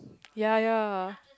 ya ya